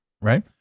right